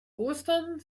ostern